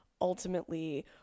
ultimately